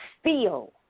feel